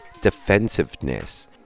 defensiveness